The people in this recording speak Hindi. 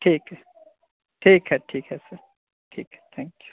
ठीक है ठीक है ठीक है सर ठीक है थैंक यू